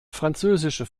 französische